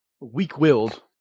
Weak-willed